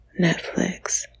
Netflix